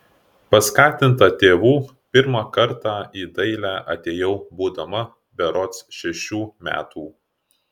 paskatinta tėvų pirmą kartą į dailę atėjau būdama berods šešių metų